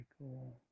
cool